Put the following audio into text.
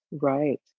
right